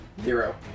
Zero